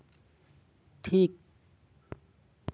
ᱴᱷᱤᱠ